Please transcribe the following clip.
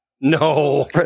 No